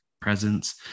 presence